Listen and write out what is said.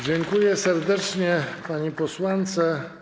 Dziękuję serdecznie pani posłance.